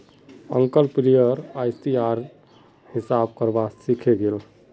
uncle player ICR रे हिसाब करवा सीखे गेल